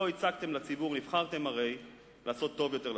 הרי נבחרתם לעשות טוב יותר לציבור.